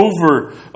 over